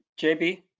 JB